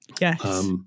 Yes